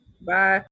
Bye